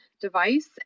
device